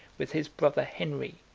with his brother henry,